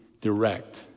direct